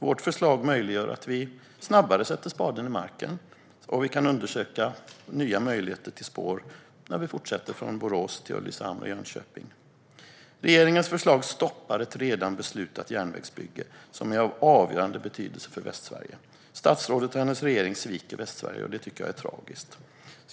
Vårt förslag möjliggör att vi snabbare sätter spaden i marken, och vi kan undersöka nya möjligheter till spår när vi fortsätter från Borås till Ulricehamn och Jönköping. Regeringens förslag stoppar ett redan beslutat järnvägsbygge som är av avgörande betydelse för Västsverige. Statsrådet och hennes regering sviker Västsverige, och det tycker jag är tragiskt.